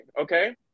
Okay